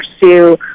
pursue